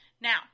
Now